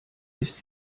ist